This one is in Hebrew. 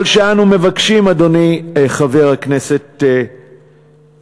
כל מה שאנו מבקשים, אדוני, חבר הכנסת מוזס,